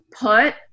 put